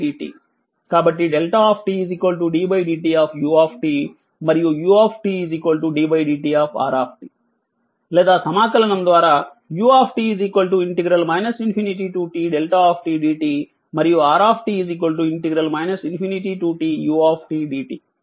కాబట్టి δ ddtu మరియు u ddtr లేదా సమాకలనం ద్వారా u ∞tδ dt మరియు r ∞tu dt